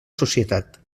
societat